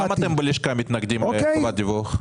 -- למה אתם בלשכה מתנגדים לחובת הדיווח?